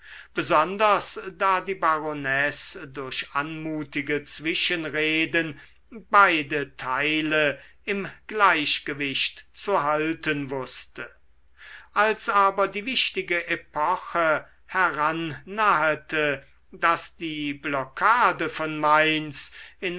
besonders da die baronesse durch anmutige zwischenreden beide teile im gleichgewicht zu halten wußte als aber die wichtige epoche herannahete daß die blockade von mainz in